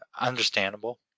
Understandable